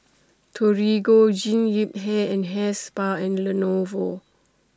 Torigo Jean Yip Hair and Hair Spa and Lenovo